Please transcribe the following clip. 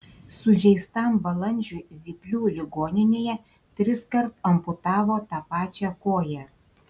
sužeistam balandžiui zyplių ligoninėje triskart amputavo tą pačią koją